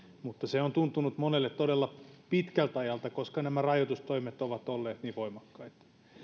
mutta se on tuntunut monesta todella pitkältä ajalta koska nämä rajoitustoimet ovat olleet niin voimakkaita